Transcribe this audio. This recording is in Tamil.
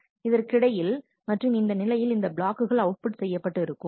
இதற்கிடையில் மற்றும் இந்த நிலையில் இந்த பிளாக்குகள் அவுட்புட் செய்யப்பட்டு இருக்கும்